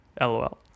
LOL